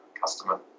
customer